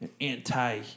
anti